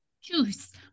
juice